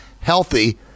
healthy